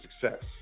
success